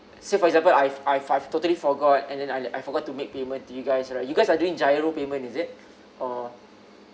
say for example I've I've I've totally forgot and then I I forgot to make payment do you guys like you guys are doing GIRO payment is it or